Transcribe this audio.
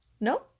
No